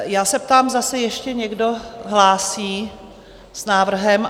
Já se ptám, zda se ještě někdo hlásí s návrhem?